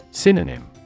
Synonym